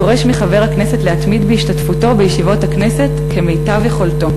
דורש מחבר הכנסת להתמיד בהשתתפותו בישיבות הכנסת כמיטב יכולתו.